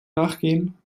nachgehen